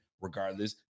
regardless